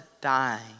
dying